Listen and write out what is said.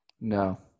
No